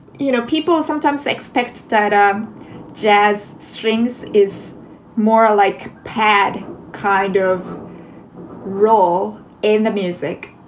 you know, people sometimes expect that um jazz strings is more like padd kind of role in the music.